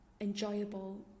enjoyable